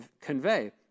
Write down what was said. convey